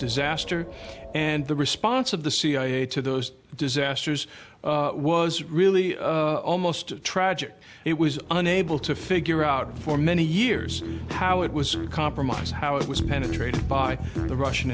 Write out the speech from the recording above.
disaster and the response of the cia to those disasters was really almost tragic it was unable to figure out for many years how it was compromised how it was penetrated by the russian